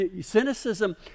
Cynicism